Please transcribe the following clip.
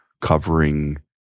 covering